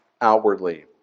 outwardly